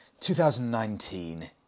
2019